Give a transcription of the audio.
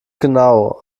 genau